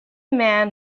man